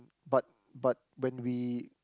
but but when we